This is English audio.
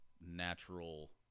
natural